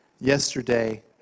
yesterday